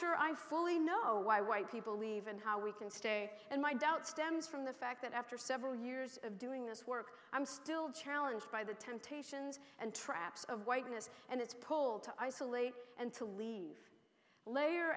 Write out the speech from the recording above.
sure i fully know why white people leave and how we can stay and my doubts stems from the fact that after several years of doing this work i'm still challenge by the temptations and traps of whiteness and its pull to isolate and to leave layer